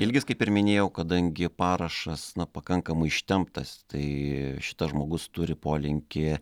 ilgis kaip ir minėjau kadangi parašas na pakankamai ištemptas tai šitas žmogus turi polinkį